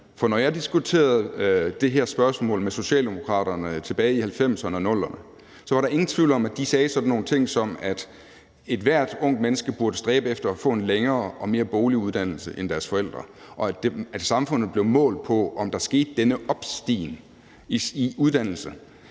når jeg diskuterede det her spørgsmål med Socialdemokraterne tilbage i 1990'erne og 00'erne, var der ingen tvivl om, at de sagde sådan nogle ting som f.eks., at ethvert ungt menneske burde stræbe efter at få en længere og mere boglig uddannelse end deres forældre, og at samfundet blev målt på, om der skete denne opstigning